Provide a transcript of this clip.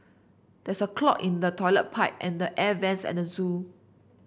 there's a clog in the toilet pipe and the air vents at the zoo